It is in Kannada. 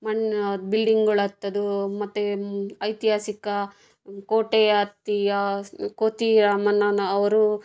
ಮಣ್ಣು ಬಿಲ್ಡಿಂಗ್ಗಳ್ ಹತ್ತದು ಮತ್ತು ಐತಿಹಾಸಿಕ ಕೋಟೆ ಹತ್ತಿ ಕೋತಿರಾಮನ್ನನ ಅವರು